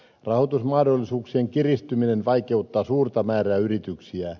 rahoitusmahdollisuuksien kiristyminen vaikeuttaa suurta määrää yrityksiä